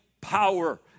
power